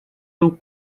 był